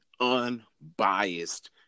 unbiased